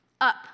up